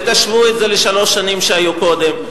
ותשוו את זה לשלוש השנים שהיו קודם.